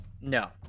No